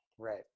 Right